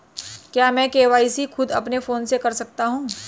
क्या मैं के.वाई.सी खुद अपने फोन से कर सकता हूँ?